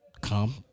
Come